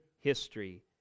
History